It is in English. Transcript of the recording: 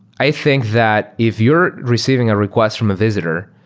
i think that if you're receiving a request from a visitor,